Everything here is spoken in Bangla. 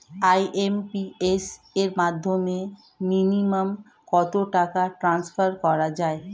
আই.এম.পি.এস এর মাধ্যমে মিনিমাম কত টাকা ট্রান্সফার করা যায়?